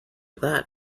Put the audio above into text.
that